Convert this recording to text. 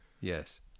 Yes